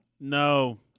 No